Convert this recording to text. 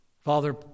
Father